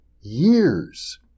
years